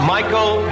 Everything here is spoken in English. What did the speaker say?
Michael